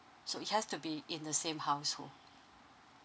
so it has to be in the same household